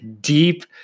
deep